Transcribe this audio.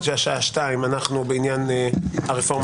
14:00 אנחנו בעניין הרפורמה המשפטית.